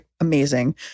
amazing